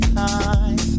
time